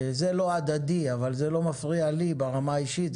זה לא מפריע לי ברמה האישית,